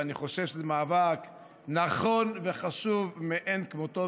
ואני חושב שזה מאבק נכון וחשוב מאין כמותו.